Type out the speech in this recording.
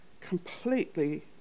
completely